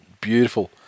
beautiful